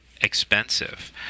Expensive